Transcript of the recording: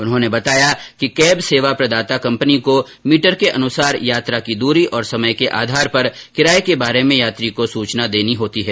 उन्होंने बताया कि कैब सेवा प्रदाता कंपनी को मीटर के अनुसारयात्रा की दूरी और समय के आधार पर किराए के बारे में यात्री को सूचना देनी होती है